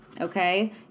Okay